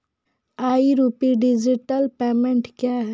ई rupee digital payment क्या हैं?